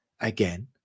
again